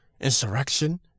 insurrection